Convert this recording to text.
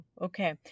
Okay